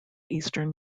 eastern